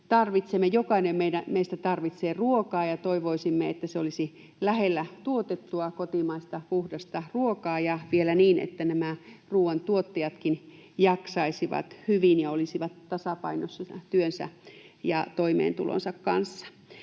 jokainen meistä tarvitsee, ruokaa ja toivoisimme, että se olisi lähellä tuotettua, kotimaista puhdasta ruokaa ja vielä niin, että nämä ruoantuottajatkin jaksaisivat hyvin ja olisivat tasapainossa työnsä ja toimeentulonsa kanssa.